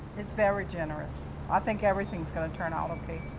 it's very generous. i think everything's gonna turn out ok.